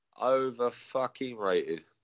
Over-fucking-rated